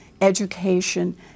education